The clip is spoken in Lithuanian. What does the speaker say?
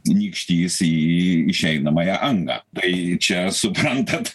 nykštys į išeinamąją angą tai čia suprantat